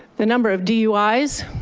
the number of duis,